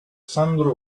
sandro